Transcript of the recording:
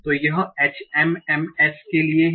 तो यह HMMs के लिए है